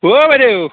অ' বাইদেউ